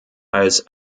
als